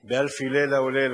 ב"אלפי ללה וללה".